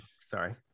sorry